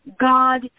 God